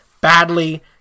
badly